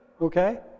Okay